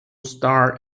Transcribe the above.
star